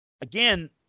Again